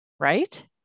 right